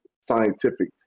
scientific